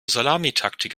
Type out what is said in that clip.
salamitaktik